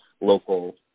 local